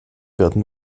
werden